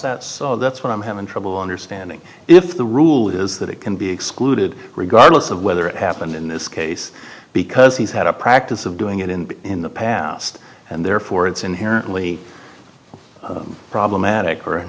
cause that's what i'm having trouble understanding if the rule is that it can be excluded regardless of whether it happened in this case because he's had a practice of doing it in in the past and therefore it's inherently problematic ar